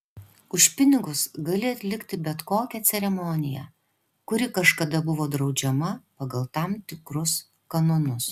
už pinigus gali atlikti bet kokią ceremoniją kuri kažkada buvo draudžiama pagal tam tikrus kanonus